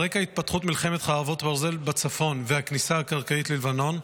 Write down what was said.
על רקע התפתחות מלחמת חרבות ברזל בצפון והכניסה הקרקעית ללבנון,